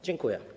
Dziękuję.